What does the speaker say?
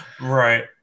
Right